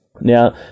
Now